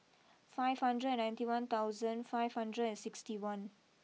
five hundred ninety one thousand five hundred and sixty one